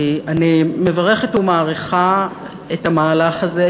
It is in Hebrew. אני מברכת ומעריכה את המהלך הזה,